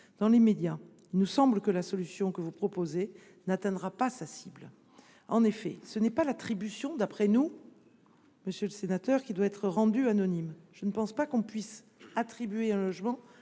Dans l’immédiat, il nous semble que la solution que vous proposez n’atteindra pas sa cible. En effet, ce n’est pas l’attribution, d’après nous, monsieur le sénateur, qui doit être rendue anonyme. Je ne pense pas que l’on puisse attribuer un logement